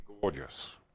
gorgeous